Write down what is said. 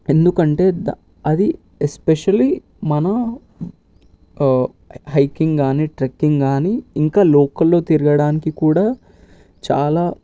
ఎందుకంటే అది ఎస్పెషల్లీ మన హైకింగ్ కాని ట్రక్కింగ్ కాని ఇంకా లోకల్లో తిరగడానికి కూడా చాలా